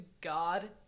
God